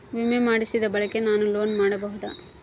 ವಿಮೆ ಮಾಡಿಸಿದ ಬಳಿಕ ನಾನು ಲೋನ್ ಪಡೆಯಬಹುದಾ?